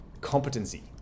competency